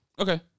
Okay